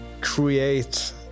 create